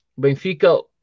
Benfica